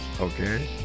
Okay